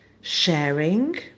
sharing